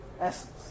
essence